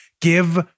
Give